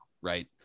Right